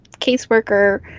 caseworker